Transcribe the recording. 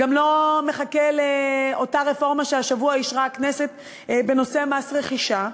הוא גם לא מחכה לאותה רפורמה שהשבוע אישרה הכנסת בנושא מס רכישה,